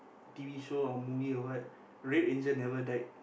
t_v show or movie or what red ranger never died